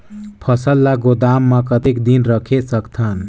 फसल ला गोदाम मां कतेक दिन रखे सकथन?